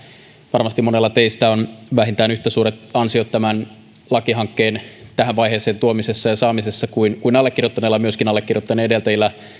varmasti monella teistä on vähintään yhtä suuret ansiot tämän lakihankkeen tähän vaiheeseen tuomisessa ja saamisessa kuin allekirjoittaneella myöskin allekirjoittaneen edeltäjillä